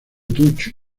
touch